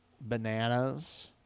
bananas